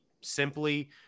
simply